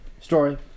story